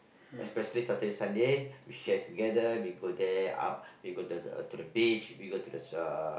especially Saturday Sunday we share together we go there up we go the the to the beach we got to the uh